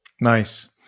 Nice